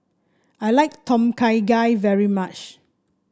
I like Tom Kha Gai very much